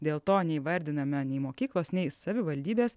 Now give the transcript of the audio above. dėl to neįvardiname nei mokyklos nei savivaldybės